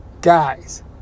Guys